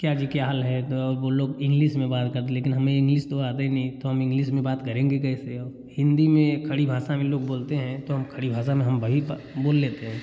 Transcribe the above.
क्या जी क्या हाल है तो वह लोग इंग्लिस में बात कर लेकिन हमें इंग्लिस तो आता नहीं तो हमें इंग्लिस में बात करेंगे कैसे हिंदी में खड़ी भाषा में लोग बोलते हैं तो हम खड़ी भाषा में हम बही बा बोल लेते हैं